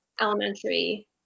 elementary